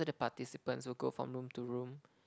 so the participants will go from room to room